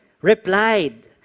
replied